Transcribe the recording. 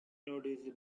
noticed